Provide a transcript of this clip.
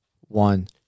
one